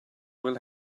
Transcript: will